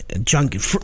junk